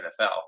NFL